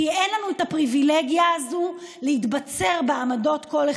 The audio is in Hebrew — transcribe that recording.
כי אין לנו את הפריבילגיה הזאת להתבצר כל אחד בעמדתו.